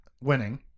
winning